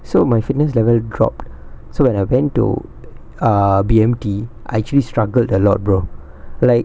so my fitness level dropped so when I went to ah B_M_T I actually struggled a lot brother like